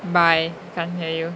bye can't hear you